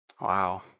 Wow